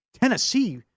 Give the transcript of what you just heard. Tennessee